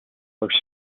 first